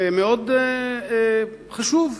מאוד חשוב,